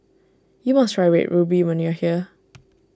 you must try Red Ruby when you are here